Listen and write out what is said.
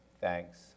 thanks